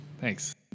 Thanks